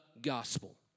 gospel